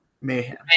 mayhem